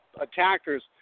attackers